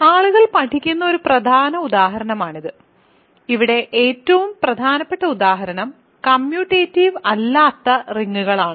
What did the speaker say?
ആളുകൾ പഠിക്കുന്ന ഒരു പ്രധാന ഉദാഹരണമാണിത് ഇവിടെ ഏറ്റവും പ്രധാനപ്പെട്ട ഉദാഹരണം കമ്മ്യൂട്ടേറ്റീവ് അല്ലാത്ത റിങ്ങുകളാണ്